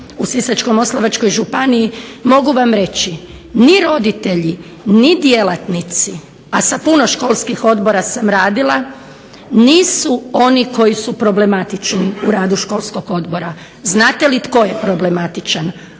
u Sisačko-moslavačkoj županiji mogu vam reći, ni roditelji ni djelatnici, a sa puno školskih odbora sam radila, nisu oni koji su problematični u radu školskog odbora, znate li tko je problematičan,